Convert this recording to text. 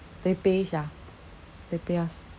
they pay sia they pay us